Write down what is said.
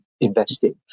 investing